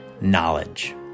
Knowledge